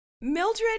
Mildred